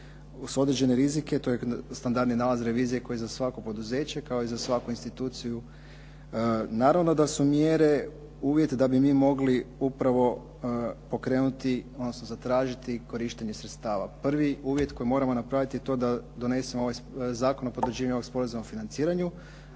uz određene rizike. To je standardni nalaz revizije kao i za svako poduzeće, kao i za svaku instituciju. Naravno da su mjere uvjet da bi mi mogli upravo pokrenuti odnosno zatražiti korištenje sredstava. Prvi uvjet koji moramo napraviti je to da donesemo ovaj Zakon o potvrđivanju Sporazuma o financiranju,